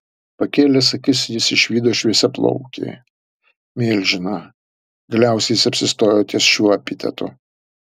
pakėlęs akis jis išvydo šviesiaplaukį milžiną galiausiai jis apsistojo ties šiuo epitetu